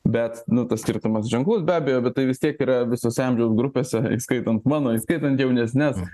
bet nu tas skirtumas ženklus be abejo bet tai vis tiek yra visose amžiaus grupėse įskaitant mano įskaitant jaunesnes